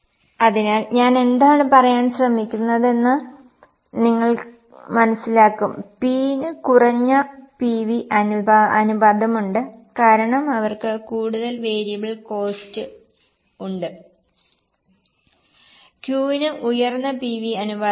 അതിനാൽ ഞാൻ എന്താണ് പറയാൻ ശ്രമിക്കുന്നതെന്ന് നിങ്ങൾ മനസ്സിലാക്കും P ന് കുറഞ്ഞ PV അനുപാതമുണ്ട് കാരണം അവർക്ക് കൂടുതൽ വേരിയബിൾ കോസ്റ്റ് ഉണ്ട് Q ന് ഉയർന്ന PV അനുപാതമുണ്ട്